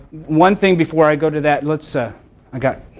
one thing before i go to that let's so i got